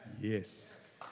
yes